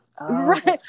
right